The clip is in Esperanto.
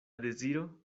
deziro